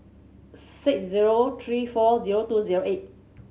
six zero three four zero two zero eight